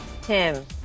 Tim